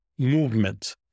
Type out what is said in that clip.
movement